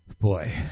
Boy